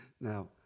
Now